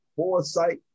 Foresight